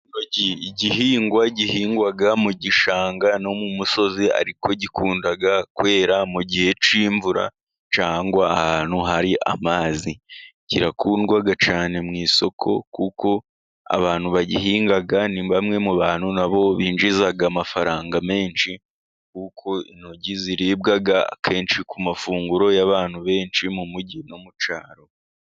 Igihingwa gihingwa mu gishanga no mu musozi ,ariko gikunda kwera mu gihe cy'imvura ,cyangwa ahantu hari amazi ,kirakundwa cyane mu isoko, kuko abantu bagihinga ni bamwe mu bantu na bo binjiza amafaranga menshi, kuko intoryi ziribwa akenshi ku mafunguro y'abantu benshi ,mu mujyi no mu cyaro.